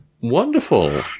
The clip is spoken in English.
wonderful